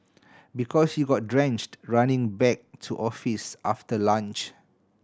because you got drenched running back to office after lunch